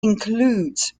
includes